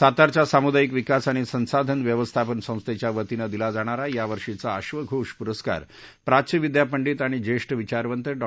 सातारच्या सामुदायिक विकास आणि संसाधन व्यवस्थापन संस्थेच्या वतीमं दिला जाणारा यावर्षीचा अश्वघोष पुरस्कार प्राच्यविद्यापंडित आणि ज्येष्ठ विचारवंत डॉ